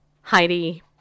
Heidi